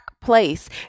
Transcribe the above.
place